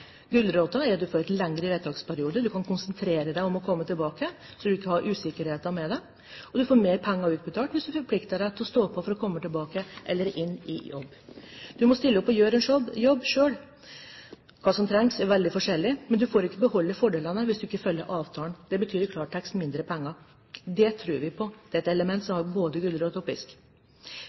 er at du får en lengre vedtaksperiode. Du kan konsentrere deg om å komme tilbake, og du har ikke usikkerheten. Du får mer penger utbetalt hvis du forplikter deg til å stå på for å komme tilbake eller inn i jobb. Du må stille opp og gjøre en jobb selv. Hva som trengs, er veldig forskjellig, men du får ikke beholde fordelene hvis du ikke følger avtalen. Det betyr i klartekst mindre penger. Det tror vi på. Det er et element som har både gulrot og